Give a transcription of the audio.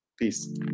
Peace